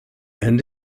and